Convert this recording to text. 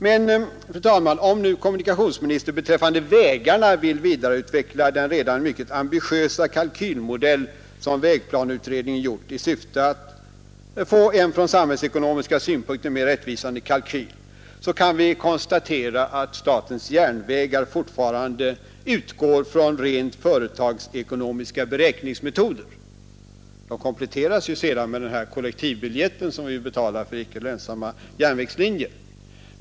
Men, fru talman, om nu kommunikationsministern beträffande vägarna vill vidareutveckla den redan mycket ambitiösa kalkylmodell som vägplaneutredningen gjort i syfte att få en från samhällsekonomiska synpunkter mera rättvisande kalkyl, så kan vi konstatera att statens järnvägar fortfarande utgår från rent företagsekonomiska beräkningsmetoder. De kompletteras ju sedan med den kollektivbiljett som vi betalar för icke lönsamma järnvägslinjer.